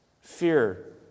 fear